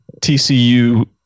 TCU